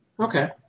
Okay